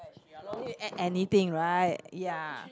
no need to add anything right ya